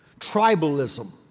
Tribalism